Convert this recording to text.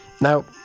Now